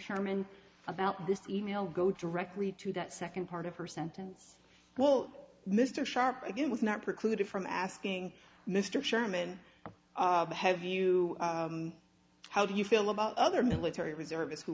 sherman about this e mail go directly to that second part of her sentence well mr sharp again was not precluded from asking mr sherman have you how do you feel about other military reservists who